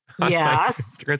Yes